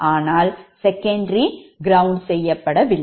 ஆனால் secondary ground ஆக்கப்படவில்லை